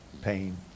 pain